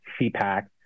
CPAC